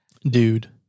Dude